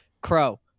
crow